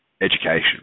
education